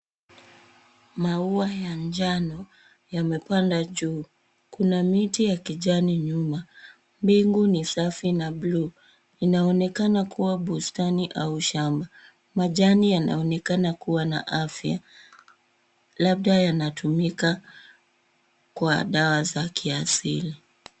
Maua ya njano yamepanda juu. Kuna miti ya kijani nyuma. Mbingu ni safi na buluu. Inaonekana kuwa bustani au shamba. Majani yanaonekana kuwa na afya labda yanatumika kwa dawa za kiasili.